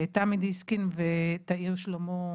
תמי דיסקין ותאיר שלמה,